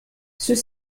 ceux